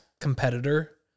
competitor